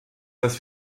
dass